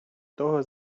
того